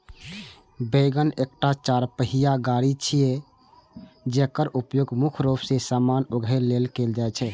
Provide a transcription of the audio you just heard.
wagon एकटा चरपहिया गाड़ी छियै, जेकर उपयोग मुख्य रूप मे सामान उघै लेल कैल जाइ छै